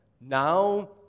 Now